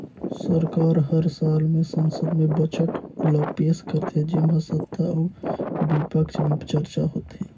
सरकार हर साल में संसद में बजट ल पेस करथे जेम्हां सत्ता अउ बिपक्छ में चरचा होथे